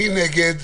מי נגד?